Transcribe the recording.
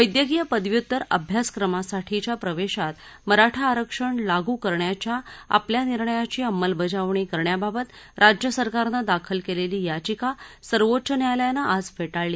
वैद्यकीय पदव्युत्तर अभ्यासक्रमांसाठीच्या प्रवेशात मराठा आरक्षण लागू करण्याच्या आपल्या निर्णयाची अंमलबजावणी करण्याबाबत राज्य सरकारनं दाखल केलेली याचिका सर्वोच्च न्यायालयानं आज फेटाळली